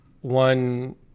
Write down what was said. one